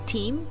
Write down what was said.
Team